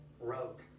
wrote